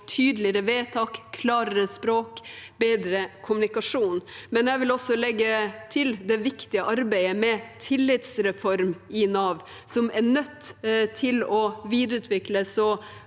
tydeligere vedtak, klarere språk og bedre kommunikasjon. Jeg vil også legge til det viktige arbeidet med tillitsreform i Nav, som er nødt til å videreutvikles